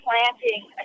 planting